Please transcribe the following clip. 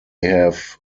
have